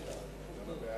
חברי חברי הכנסת, בעד הצביעו